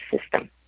System